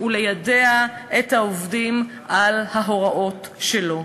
וליידע את העובדים על ההוראות שלו.